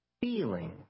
feeling